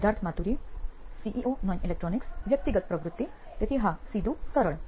Siddharth Maturi CEO નોઇન electronics વ્યક્તિગત પ્રવૃત્તિ તેથી હા સીધું સરળ